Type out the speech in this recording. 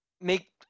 make